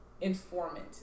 informant